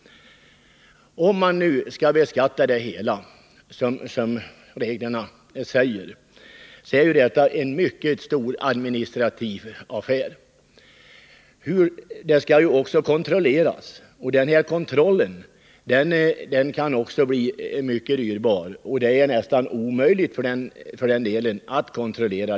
Om nu detta arbete skall beskattas som reglerna säger, blir det fråga om en mycket stor administration. Det hela skall ju också kontrolleras. Kontrollen kan bli mycket dyrbar, och f. ö. är det nästan omöjligt att utföra en kontroll.